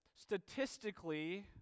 statistically